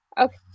Okay